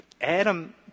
Adam